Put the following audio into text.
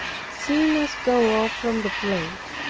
seeing us go off from the place,